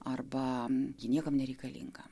arba ji niekam nereikalinga